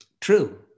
True